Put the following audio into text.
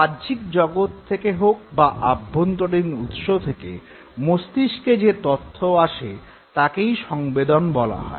বাহ্যিক জগৎ থেকে হোক বা আভ্যন্তরীণ উৎস থেকে - মস্তিষ্কে যে তথ্য আসে তাকেই সংবেদন বলা হয়